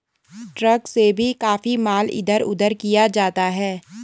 truck से भी काफी माल इधर उधर किया जाता है